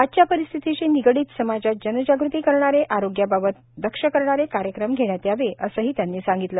आजच्या परिस्थितीशी निगडीत समाजात जनजागृती करणारे आरोग्याबाबत दक्ष करणारे कार्यक्रम घेण्यात यावे असेही त्यांनी सांगितले